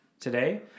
today